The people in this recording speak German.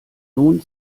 nun